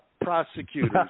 prosecutors